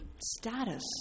status